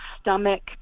stomach